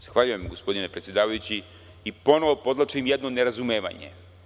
Zahvaljujem gospodine predsedavajući i ponovo podvlačim jedno nerazumevanje.